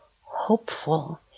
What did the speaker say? hopeful